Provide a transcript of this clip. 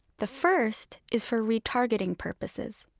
the first is for retargeting purposes.